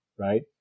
Right